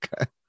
Okay